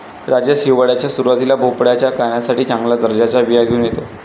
राजेश हिवाळ्याच्या सुरुवातीला भोपळ्याच्या गाण्यासाठी चांगल्या दर्जाच्या बिया घेऊन येतो